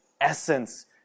essence